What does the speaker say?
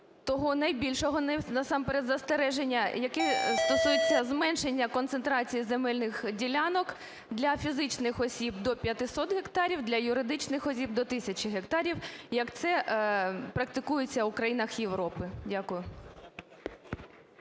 того найбільшого насамперед застереження, яке стосується зменшення концентрації земельних ділянок для фізичних осіб до 500 гектарів, для юридичних осіб до 1 тисячі гектарів, як це практикується у країнах Європи. Дякую.